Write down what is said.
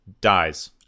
dies